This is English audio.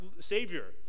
Savior